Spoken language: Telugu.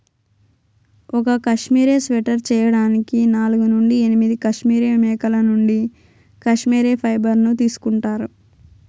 ఒక కష్మెరె స్వెటర్ చేయడానికి నాలుగు నుండి ఎనిమిది కష్మెరె మేకల నుండి కష్మెరె ఫైబర్ ను తీసుకుంటారు